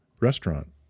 restaurant